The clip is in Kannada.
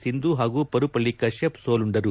ಸಿಂಧು ಹಾಗೂ ಪರುಪಳ್ಳಿ ಕತ್ತಪ್ ಸೋಲುಂಡರು